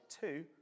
Two